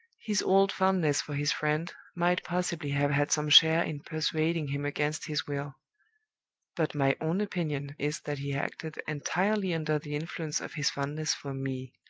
his old fondness for his friend might possibly have had some share in persuading him against his will but my own opinion is that he acted entirely under the influence of his fondness for me.